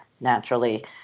naturally